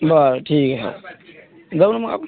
बरं ठीक आहे हो जाऊ ना मग आप